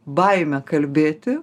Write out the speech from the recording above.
baimė kalbėti